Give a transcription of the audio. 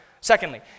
Secondly